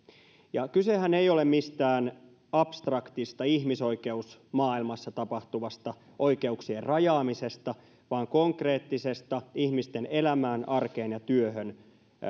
kysehän ei ole mistään abstraktista ihmisoikeusmaailmassa tapahtuvasta oikeuksien rajaamisesta vaan konkreettisista ihmisten elämään arkeen ja työhön